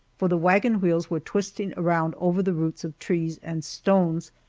for the wagon wheels were twisting around over the roots of trees and stones,